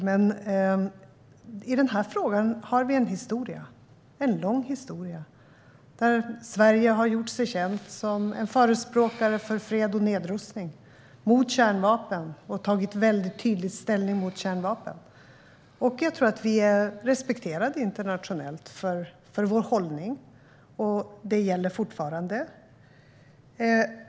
Men i denna fråga har vi en lång historia, där Sverige har gjort sig känt som förespråkare för fred och nedrustning och har tagit väldigt tydlig ställning mot kärnvapen. Jag tror att vi internationellt sett är respekterade för vår hållning. Det gäller fortfarande.